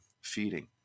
feeding